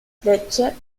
fletcher